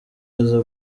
aza